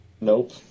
Nope